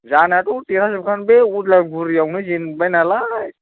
जानायाथ' देरहा जोबखागोन बे उदलागुरियावनो जेनबाय नालाय